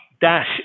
dash